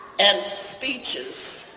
and speeches,